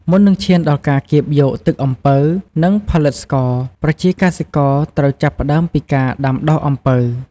មុននឹងឈានដល់ការកៀបយកទឹកអំពៅ និងផលិតស្ករ ប្រជាកសិករត្រូវចាប់ផ្ដើមពីការដាំដុះអំពៅ។